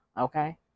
okay